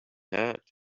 hat